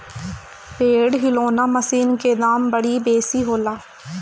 पेड़ हिलौना मशीन के दाम बड़ी बेसी होला